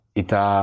ita